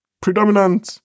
predominant